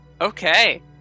Okay